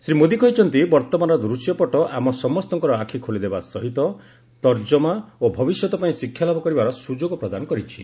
ଶ୍ରୀ ମୋଦୀ କହିଛନ୍ତି ବର୍ତମାନର ଦୂଶ୍ୟପଟ ଆମସମସ୍ତଙ୍କର ଆଖି ଖୋଲିଦେବା ସହିତ ସମୀକ୍ଷା ଓ ଭବିଷ୍ୟତ ପାଇଁ ଶିକ୍ଷାଲାଭ କରିବାର ସୁଯୋଗ ପ୍ରଦାନ କରିଛି